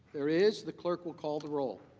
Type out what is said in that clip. there is the clerk will call the role.